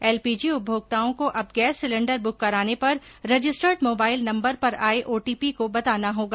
LPG उपभोक्ताओं को अब गैस सिलेण्डर बुक कराने पर रजिस्टर्ड मोबाईल नंबर पर ओंये ओटीपी को बताना होगा